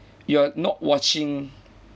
you are not watching